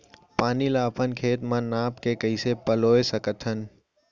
पानी ला अपन खेत म नाप के कइसे पलोय सकथन?